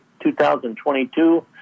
2022